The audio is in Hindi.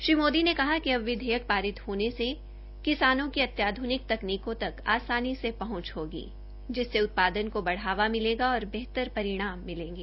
श्री मोदी ने कहा कि अब विधेयक पारित होने से किसानों की भविष्य की तकनीकों तक आसानी से पहंच लेगी जिसेस उत्पादन को बढ़ावा मिलेगा और बेहतर परिणाम मिलेंगे